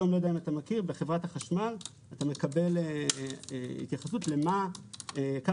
היום בחברת החשמל אתה מקבל התייחסות לכמה